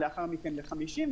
לאחר מכן ל-50,